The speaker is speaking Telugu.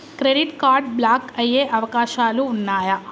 క్రెడిట్ కార్డ్ బ్లాక్ అయ్యే అవకాశాలు ఉన్నయా?